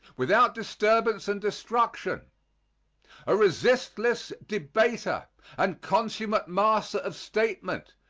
without disturbance and destruction a resistless debater and consummate master of statement,